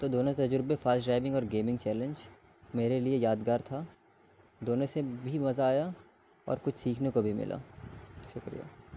تو دونوں تجربے فاسٹ ڈرائیونگ اور گیمنگ چیلنج میرے لیے یادگار تھا دونوں سے بھی مزہ آیا اور کچھ سیکھنے کو بھی ملا شکریہ